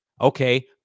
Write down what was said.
Okay